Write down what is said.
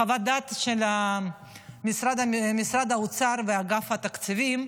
חוות דעת של משרד האוצר ואגף התקציבים,